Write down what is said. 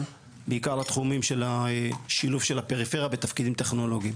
בעיקר בתחומים של שילוב של הפריפריה בתפקידים טכנולוגיים.